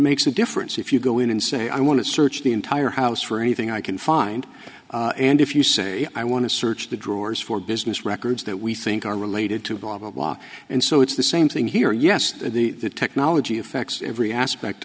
makes a difference if you go in and say i want to search the entire house for anything i can find and if you say i want to search the drawers for business records that we think are related to blah blah blah and so it's the same thing here you yes the technology affects every aspect